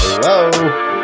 Hello